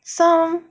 some